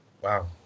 Wow